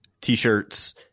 t-shirts